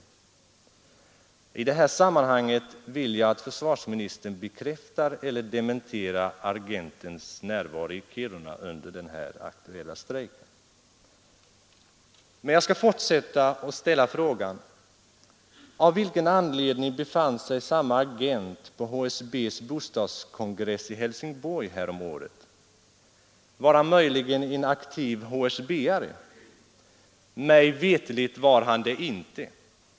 I det här sammanhanget vill jag att försvarsministern bekräftar eller dementerar agentens närvaro i Kiruna under den här aktuella strejken. Men jag skall fortsätta och ställa frågan: Av vilken anledning befann sig samme agent på HSBs bostadskongress i Helsingborg häromåret? Var han möjligen en aktiv HSB:are? Mig veterligt var han det inte.